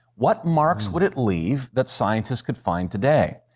what marks would it leave that scientists could find today?